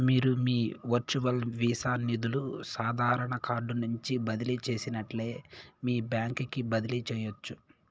మీరు మీ virtual visa నిదులు సాదారన కార్డు నుంచి బదిలీ చేసినట్లే మీ బాంక్ కి బదిలీ చేయచ్చు